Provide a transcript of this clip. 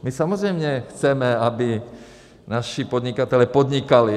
My samozřejmě chceme, aby naši podnikatelé podnikali.